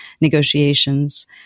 negotiations